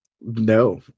No